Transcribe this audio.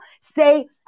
say